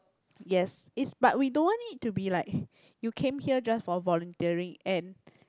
yes is but we don't want it to be like you came here just for volunteering and